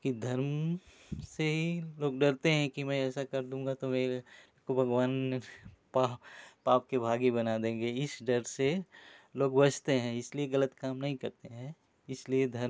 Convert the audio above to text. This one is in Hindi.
कि धर्म से लोग डरते हैं कि मैं ऐसा कर लूँगा तो मेरे को भगवान पाप पाप के भागी बना देंगे इस डर से लोग बचते हैं इसलिए गलत काम नहीं करते हैं इसलिए धर्म